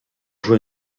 jouer